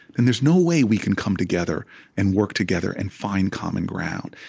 and there's no way we can come together and work together and find common ground,